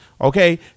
okay